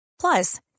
Plus